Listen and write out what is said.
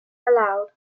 allowed